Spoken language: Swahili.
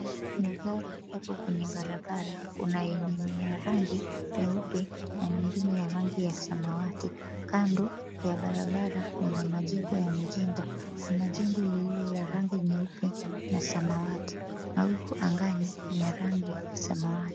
Magari yako kwenye barabara kuna yenye ni ya rangi nyeupe na mengine ya rangi ya samawati. Kando ya barabara mna majengo yamejengwa, kuna jengo lililo la rangi nyeupe na samawati. Mawingu angani ni ya rangi samawati.